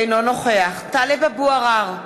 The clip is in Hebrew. אינו נוכח טלב אבו עראר,